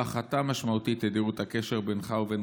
פחתה משמעותית תדירות הקשר בינך ובין